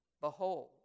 behold